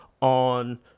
on